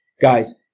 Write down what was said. Guys